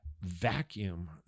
vacuum